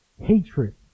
Hatred